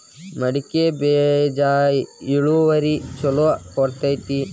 ಮಡಕಿ ಬೇಜ ಇಳುವರಿ ಛಲೋ ಕೊಡ್ತೆತಿ?